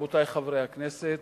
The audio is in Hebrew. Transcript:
רבותי חברי הכנסת,